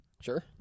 Sure